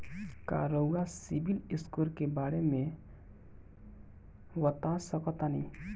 का रउआ सिबिल स्कोर के बारे में बता सकतानी?